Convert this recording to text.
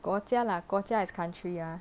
国家 lah 国家 is country mah